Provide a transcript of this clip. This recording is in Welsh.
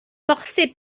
bosib